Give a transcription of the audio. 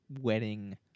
wedding